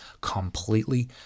completely